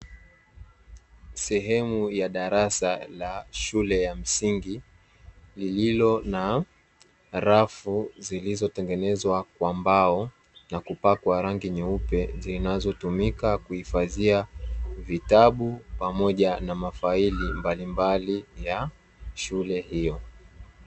Sehemu ya darasa la shule ya msingi lililo na rafu zilizotengenezwa kwa mbao na kupakwa rangi nyeupe zinazotumika kuhifadhia vitabu pamoja na mafaili mbalimbali ya shule hiyo.